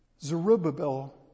Zerubbabel